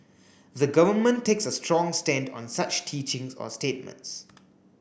the Government takes a strong stand on such teachings or statements